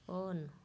on